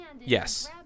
Yes